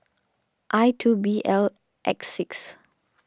I two B L X six